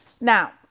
Now